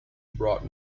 brought